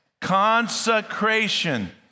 consecration